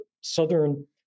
Southern-